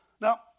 Now